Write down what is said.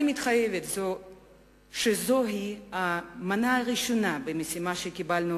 אני מתחייבת שזו המנה הראשונה במשימה שקיבלנו